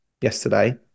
Yesterday